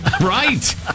Right